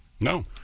No